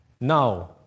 Now